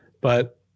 But-